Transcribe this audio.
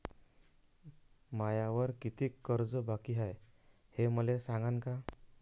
मायावर कितीक कर्ज बाकी हाय, हे मले सांगान का?